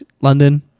London